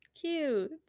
cute